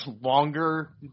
longer